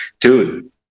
Dude